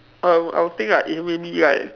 um I would think like if maybe like